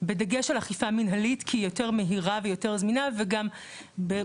בדגש על אכיפה מנהלית כי היא יותר מהירה ויותר זמינה וגם בראייתנו,